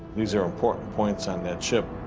these are important points on that ship.